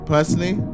Personally